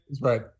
Right